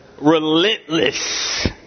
relentless